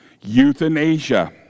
Euthanasia